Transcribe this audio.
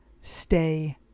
stay